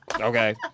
Okay